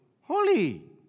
holy